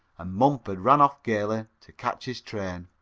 and mumford ran off gaily to catch his train.